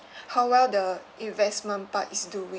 how well the investment part is doi~